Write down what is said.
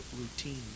routine